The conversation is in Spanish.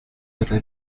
era